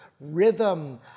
rhythm